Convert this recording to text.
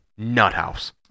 nuthouse